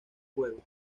juegos